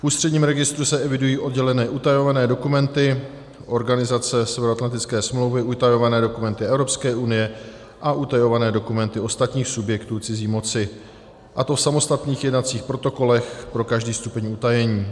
V ústředním registru se evidují oddělené utajované dokumenty Organizace Severoatlantické smlouvy, utajované dokumenty Evropské unie a utajované dokumenty ostatních subjektů cizí moci, a to v samostatných jednacích protokolech pro každý stupeň utajení.